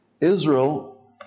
Israel